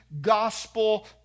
gospel